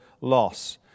loss